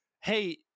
hey